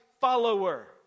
follower